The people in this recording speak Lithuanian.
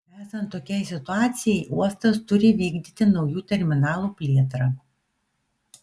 esant tokiai situacijai uostas turi vykdyti naujų terminalų plėtrą